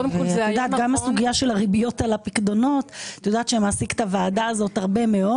גם הסוגייה של הריביות על הפיקדונות מעסיקה את הוועדה הזו הרבה מאוד,